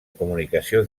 comunicació